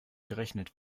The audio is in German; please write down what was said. gerechnet